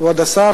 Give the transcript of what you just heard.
כבוד השר,